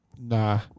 Nah